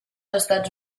estats